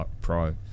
pro